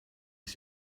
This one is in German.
ist